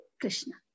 Krishna